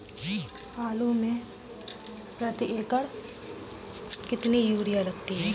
आलू में प्रति एकण कितनी यूरिया लगती है?